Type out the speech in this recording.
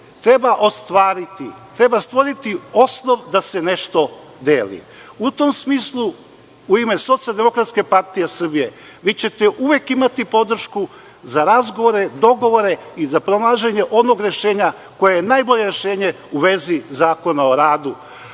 treba ostvariti, treba stvoriti osnov da se nešto deli. U tom smislu, u ime Socijaldemokratske partije Srbije vi ćete uvek imati podršku za razgovore, dogovore i za pronalaženje onog rešenja koje najbolje rešenje u vezi Zakona o radu,